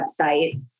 website